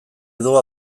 edo